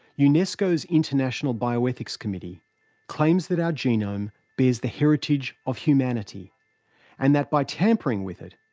unesco's international bioethics committee claims that our genome bears the heritage of humanity and that, by tampering with it,